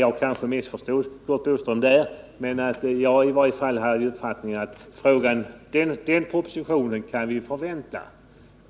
Jag kanske missförstod Curt Boström på den här punkten, men jag har i varje fall uppfattningen att vi kan förvänta en sådan proposition,